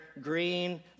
Green